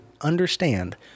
understand